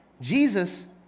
Jesus